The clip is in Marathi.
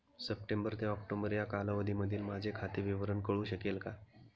सप्टेंबर ते ऑक्टोबर या कालावधीतील माझे खाते विवरण कळू शकेल का?